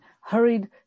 hurried